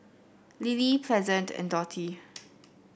lily Pleasant and Dottie